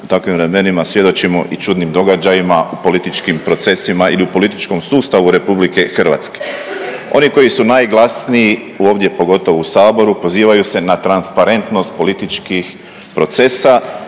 u takvim vremenima svjedočimo i čudnim događajima u političkim procesima ili u političkom sustavu RH. Oni koji su najglasniji ovdje pogotovo u saboru pozivaju se na transparentnost političkih procesa